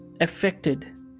affected